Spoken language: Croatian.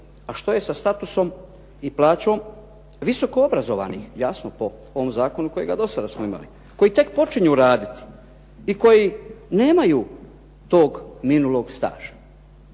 a što je sa statusom i plaćom visokoobrazovanih, jasno po ovom zakonu kojega smo do sada imali, koji tek počinju raditi i koji nemaju tog minulog staža.